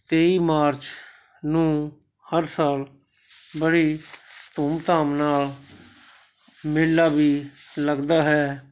ਤੇਈ ਮਾਰਚ ਨੂੰ ਹਰ ਸਾਲ ਬੜੀ ਧੂਮ ਧਾਮ ਨਾਲ ਮੇਲਾ ਵੀ ਲੱਗਦਾ ਹੈ